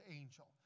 angel